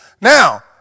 Now